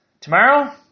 Tomorrow